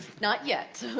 not yet.